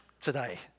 today